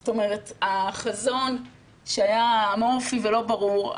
זאת אומרת החזון שהיה אמורפי ולא ברור,